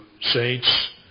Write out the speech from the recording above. saints